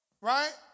Right